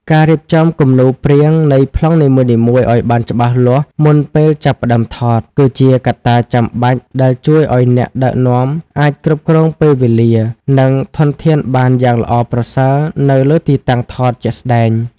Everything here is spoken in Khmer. ការរៀបចំគំនូរព្រាងនៃប្លង់នីមួយៗឱ្យបានច្បាស់លាស់មុនពេលចាប់ផ្ដើមថត គឺជាកត្តាចាំបាច់ដែលជួយឱ្យអ្នកដឹកនាំអាចគ្រប់គ្រងពេលវេលា និងធនធានបានយ៉ាងល្អប្រសើរនៅលើទីតាំងថតជាក់ស្ដែង។